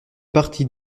partie